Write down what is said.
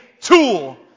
tool